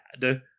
bad